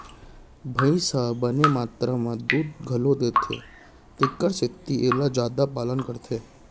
भईंस ह बने मातरा म दूद घलौ देथे तेकर सेती एला जादा पालन करथे